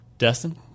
Destin